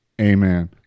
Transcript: Amen